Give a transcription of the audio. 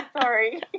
sorry